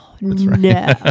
No